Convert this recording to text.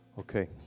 Okay